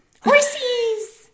Horses